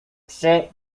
przy